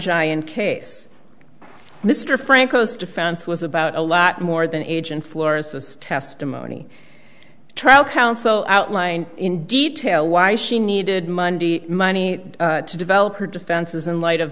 giant case mr franco's defense was about a lot more than age and flora's this testimony trial counsel outlined in detail why she needed monday money to develop her defenses in light of